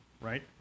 right